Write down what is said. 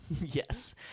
Yes